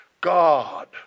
God